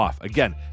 Again